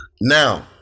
Now